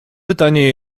pytanie